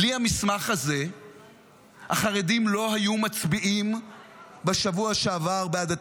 בלי המסמך הזה החרדים לא היו מצביעים בשבוע שעבר בעד התקציב,